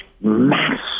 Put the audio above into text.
mass